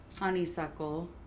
honeysuckle